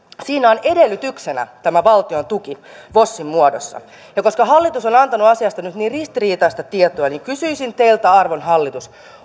on edellytyksenä tämä valtiontuki vosin muodossa ja koska hallitus on on antanut asiasta nyt niin ristiriitaista tietoa niin kysyisin teiltä arvon hallitus